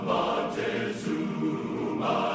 Montezuma